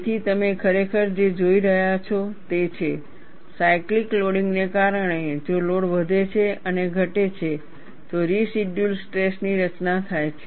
તેથી તમે ખરેખર જે જોઈ રહ્યા છો તે છે સાયકલીક લોડિંગને કારણે જો લોડ વધે છે અને ઘટે છે તો રેસિડયૂઅલ સ્ટ્રેસ ની રચના થાય છે